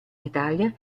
italia